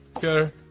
Sure